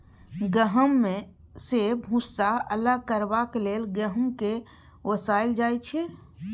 गहुँम सँ भुस्सा अलग करबाक लेल गहुँम केँ ओसाएल जाइ छै